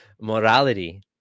morality